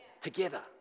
together